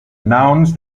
nouns